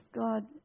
God